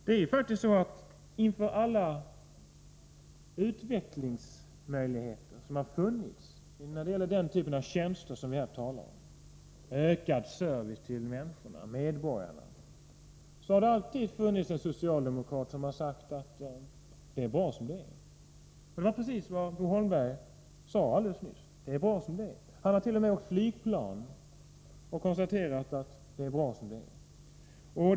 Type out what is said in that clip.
Det är faktiskt så att inför alla utvecklingsmöjligheter när det gäller den typen av tjänster som vi här talar om, ökad service till medborgarna, har det alltid funnits en socialdemokrat som har sagt att det är bra som det är. Det var precis vad Bo Holmberg sade alldeles nyss: Det är bra som det är. Han har t.o.m. åkt flygplan och konstaterat att det är bra som det är.